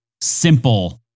simple